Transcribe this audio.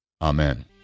Amen